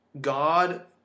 God